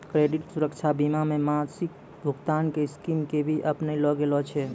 credit सुरक्षा बीमा मे मासिक भुगतान के स्कीम के भी अपनैलो गेल छै